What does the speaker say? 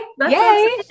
Yay